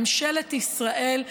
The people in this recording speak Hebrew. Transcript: ממשלת ישראל,